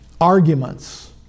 arguments